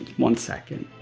one second.